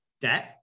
debt